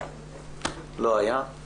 לא היה.